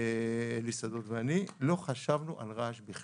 אני אתן דוגמה: אם בהתחלה היו רק מעט מועדים שבהם מותר לעשות רעש כל